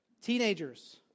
Teenagers